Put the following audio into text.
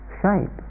shape